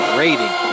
rating